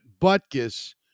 Butkus